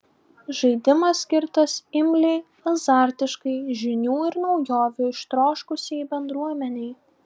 žaidimas skirtas imliai azartiškai žinių ir naujovių ištroškusiai bendruomenei